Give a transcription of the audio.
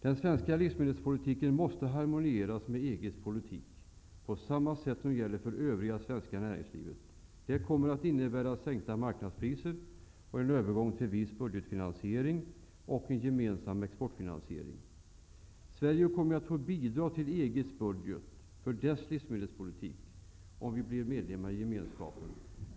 Den svenska livsmedelspolitiken måste harmonieras till EG:s politik på samma sätt som gäller för det övriga svenska näringslivet. Detta kommer att innebära sänkta marknadspriser, en övergång till viss budgetfinansiering och en gemensam exportfinansiering. Sverige kommer att få bidra till EG:s budget för dess livsmedelspolitik om vi blir medlemmar i Gemenskapen.